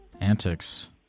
antics